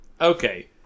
Okay